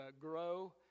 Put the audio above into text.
grow